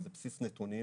זה בסיס נתונים